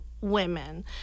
women